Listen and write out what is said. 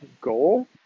goal